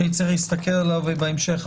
שאני צריך להסתכל עליו בהמשך.